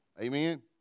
Amen